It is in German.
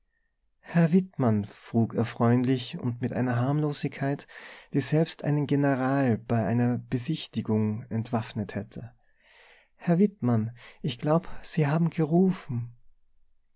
herr wittmann frug er freundlich und mit einer harmlosigkeit die selbst einen general bei einer besichtigung entwaffnet hätte herr wittmann ich glaub sie haben gerufen